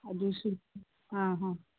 ꯑꯗꯨꯁꯨ ꯑꯪ ꯍꯥ